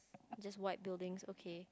just white buildings okay